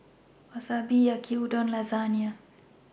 Wasabi Yaki Udon and Lasagna